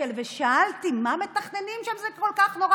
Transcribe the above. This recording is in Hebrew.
בכל העדות.